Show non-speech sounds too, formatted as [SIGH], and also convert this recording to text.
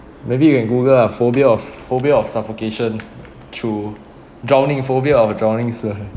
maybe you can google lah phobia of phobia of suffocation through drowning phobia of a drowning [LAUGHS]